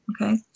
Okay